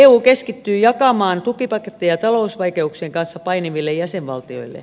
eu keskittyy jakamaan tukipaketteja talousvaikeuksien kanssa painiville jäsenvaltioille